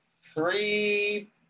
three